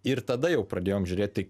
ir tada jau pradėjom žiūrėti